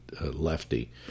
lefty